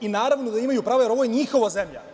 Naravno da imaju pravo jer ovo je njihova zemlja.